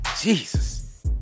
Jesus